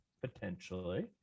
potentially